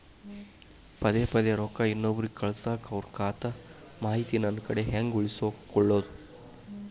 ಪದೆ ಪದೇ ರೊಕ್ಕ ಇನ್ನೊಬ್ರಿಗೆ ಕಳಸಾಕ್ ಅವರ ಖಾತಾ ಮಾಹಿತಿ ನನ್ನ ಕಡೆ ಹೆಂಗ್ ಉಳಿಸಿಕೊಳ್ಳೋದು?